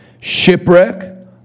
Shipwreck